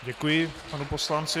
Děkuji panu poslanci.